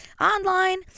online